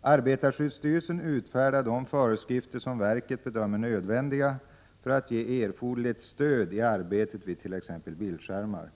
Arbetarskyddsstyrelsen utfärdar de föreskrifter som verket bedömer nödvändiga för att ge erforderligt skydd i arbetet vid t.ex. bildskärmar.